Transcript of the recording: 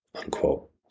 unquote